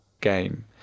game